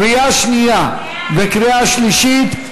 קריאה שנייה וקריאה שלישית.